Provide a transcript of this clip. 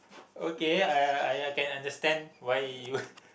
okay I I I I can understand why you